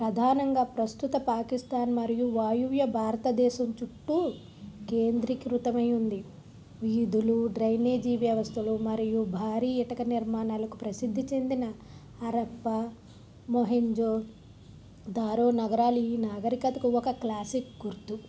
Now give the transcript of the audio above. ప్రధానంగా ప్రస్తుత పాకిస్థాన్ మరియు వాయువ్య భారతదేశం చుట్టూ కేంద్రీకృతమై ఉంది వీధులు డ్రైనేజీ వ్యవస్థలు మరియు భారీ ఇటుక నిర్మాణాలకు ప్రసిద్ధి చెందిన హరప్పా మొహెంజో దారో నగరాలు ఈ నాగరికతకు ఒక క్లాసిక్ గుర్తు